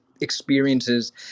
experiences